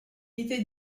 étaient